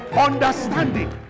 understanding